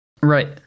right